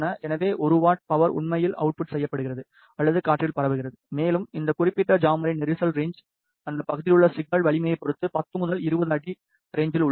எனவே ஒரு watt power உண்மையில் அவுட்புட் செய்யப்படுகிறது அல்லது காற்றில் பரவுகிறது மேலும் இந்த குறிப்பிட்ட ஜாமரின் நெரிசல் ரேன்ச் அந்த பகுதியில் உள்ள சிக்னல் வலிமையைப் பொறுத்து 10 முதல் 20 அடி ரேன்ச்சில் உள்ளது